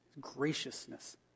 graciousness